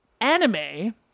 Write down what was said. anime